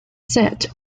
set